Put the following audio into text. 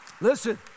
Listen